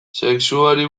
sexuari